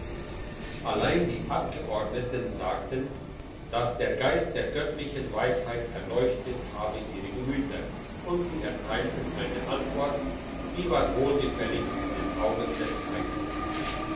allein die abgeordneten sagen dass der geist der göttlichen weisheit erleuchtet habe ihre gemüter und sie erteilten eine antwort die war wohlgefällig in den augen des kaisers